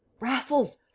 raffles